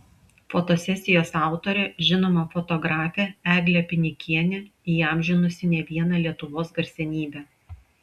fotosesijos autorė žinoma fotografė eglė pinikienė įamžinusi ne vieną lietuvos garsenybę